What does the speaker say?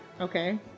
Okay